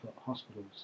hospitals